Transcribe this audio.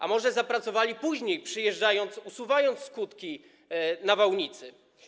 A może zapracowały później, przyjeżdżając i usuwając skutki nawałnicy?